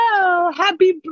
happy